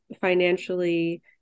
financially